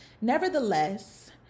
Nevertheless